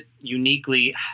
uniquely